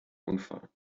unfall